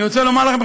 אני רוצה לומר לכם,